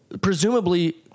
presumably